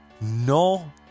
No